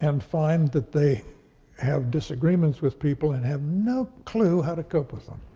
and find that they have disagreements with people and have no clue how to cope with them.